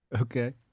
Okay